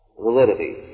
validity